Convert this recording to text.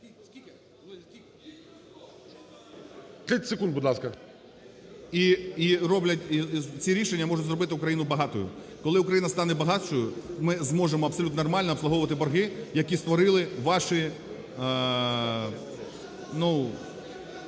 І роблять… і ці рішення можуть зробити Україну багатою. Коли Україна стане багатшою, ми зможемо абсолютно нормально обслуговувати борги, які створили ваші… як